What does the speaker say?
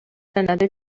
another